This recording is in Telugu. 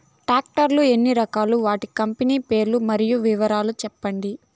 టాక్టర్ లు ఎన్ని రకాలు? వాటి కంపెని పేర్లు మరియు వివరాలు సెప్పండి?